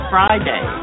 Friday